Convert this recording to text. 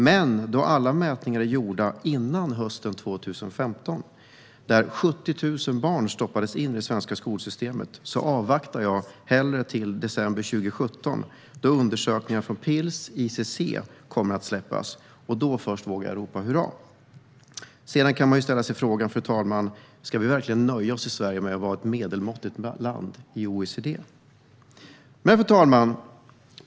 Men eftersom alla mätningar är gjorda före hösten 2015 då 70 000 barn stoppades in i det svenska skolsystemet avvaktar jag med att ropa hurra till december 2017 då undersökningarna från Pirls och ICC kommer. Man kan dock ställa sig frågan om Sverige ska nöja sig med att vara ett medelmåttigt land i OECD. Fru talman!